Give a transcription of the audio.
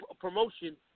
promotion